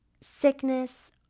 sickness